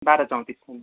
बाह्र चौतिस हजुर